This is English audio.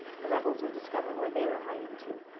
the rebels would discover where they were hiding too.